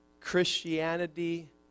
Christianity